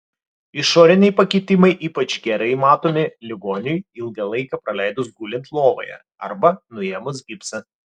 išoriniai pakitimai ypač gerai matomi ligoniui ilgą laiką praleidus gulint lovoje arba nuėmus gipsą